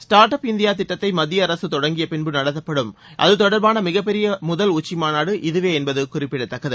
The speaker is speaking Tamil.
ஸ்டார்ட் அப் இந்தியா திட்டத்தை மத்திய அரசு தொடங்கிய பின்பு நடத்தப்படும் அது தொடர்பான மிகப்பெரிய முதல் உச்சி மாநாடு இதுவே என்பது குறிப்பிடத்தக்கது